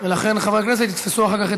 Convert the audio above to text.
ולכן חברי הכנסת יתפסו אחר כך את